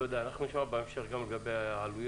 תודה, אנחנו נשמע בהמשך התייחסות לגבי העלויות.